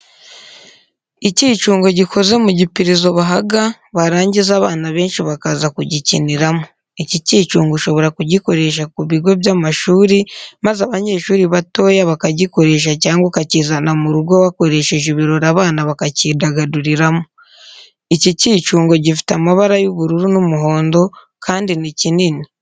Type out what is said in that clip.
Ikicungo gikoze mu gipirizo bahaga barangiza abana benshi bakaza kugikiniramo. Iki kicungo ushobora kugikoresha ku bigo by'amashuri maze abanyeshuri batoya bakagikoresha cyangwa ukakizana mu rugo wakoresheje ibirori abana bakakidagaduriramo. Iki kicungo gifite amabara y'ubururu n'umuhondo kandi ni kinini.